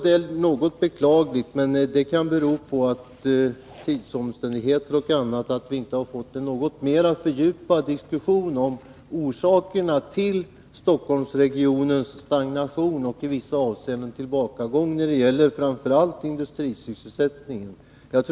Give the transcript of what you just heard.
Det kanske beror på tidsfaktorn m.m. att vi inte har fått en något mer fördjupad diskussion om orsakerna till Stockholmsregionens stagnation och i 4 vissa avseenden tillbakagång, framför allt när det gäller industrisysselsättningen. Detta anser jag vara beklagligt.